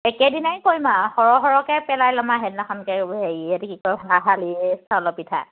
একেদিনাই কৰিম আৰু সৰহ সৰহকৈ পেলাই ল'ম আৰু সেইদিনাখনকে হৰি কি কয় শালি চাউলৰ পিঠা